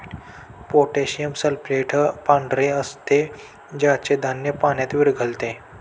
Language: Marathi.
पोटॅशियम सल्फेट पांढरे असते ज्याचे धान्य पाण्यात विरघळते